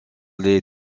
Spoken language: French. les